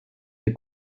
des